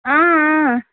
اۭں اۭں